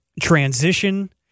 transition